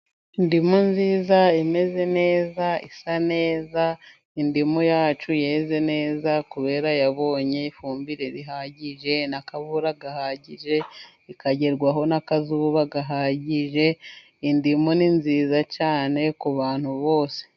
Indimu nziza, imeze neza, isa neza. Indimu yacu yeze neza kubera yabonye ifumbire ihagije, n'akavura gahagije, ikagerwaho n'akazuba gahagije. Indimu ni nziza cyane ku bantu bose.